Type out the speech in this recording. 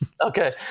Okay